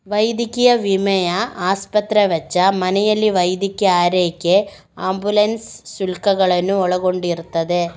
ವೈದ್ಯಕೀಯ ವಿಮೆಯು ಆಸ್ಪತ್ರೆ ವೆಚ್ಚ, ಮನೆಯಲ್ಲಿ ವೈದ್ಯಕೀಯ ಆರೈಕೆ ಆಂಬ್ಯುಲೆನ್ಸ್ ಶುಲ್ಕಗಳನ್ನು ಒಳಗೊಂಡಿರುತ್ತದೆ